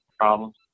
problems